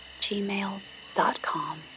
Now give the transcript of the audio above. gmail.com